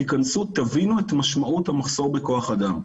תיכנסו ותבינו את משמעות המחסור בכוח אדם.